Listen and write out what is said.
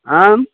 आम्